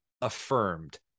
affirmed